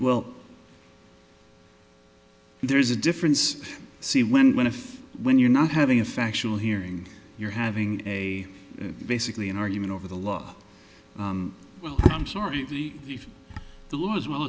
well there is a difference see when when if when you're not having a factual hearing you're having a basically an argument over the law well i'm sorry if the law is well